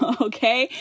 okay